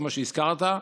כמו שהזכרת,